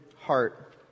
heart